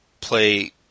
play